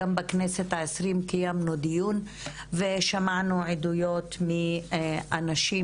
גם בכנסת ה-20 קיימנו דיון ושמענו עדויות מאנשים,